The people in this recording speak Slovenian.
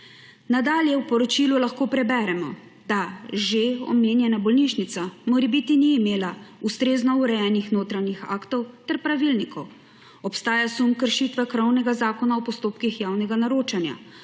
Nadalje v poročilu lahko preberemo, da že omenjena bolnišnica morebiti ni imela ustrezno urejenih notranjih aktov ter pravilnikov. Obstaja sum kršitve krovnega zakona o postopkih javnega naročanja,